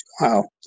Wow